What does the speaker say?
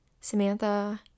samantha